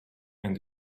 and